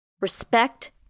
Respect